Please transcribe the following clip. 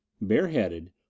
bareheaded